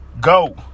Go